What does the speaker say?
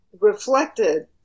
reflected